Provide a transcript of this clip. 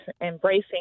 embracing